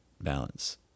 balance